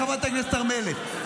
חברת הכנסת הר מלך,